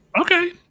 Okay